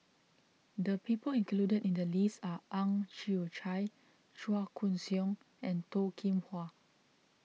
the people included in the list are Ang Chwee Chai Chua Koon Siong and Toh Kim Hwa